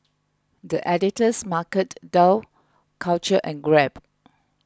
the Editor's Market Dough Culture and Grab